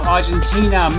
Argentina